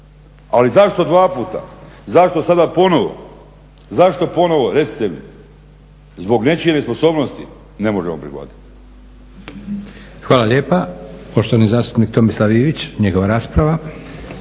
Ali zašto dva puta, zašto sada ponovo. Zašto ponovo recite mi? Zbog nečije nesposobnosti ne možemo prihvatiti.